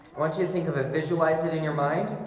want you to think of it visualize it in your mind